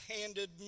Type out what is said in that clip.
handed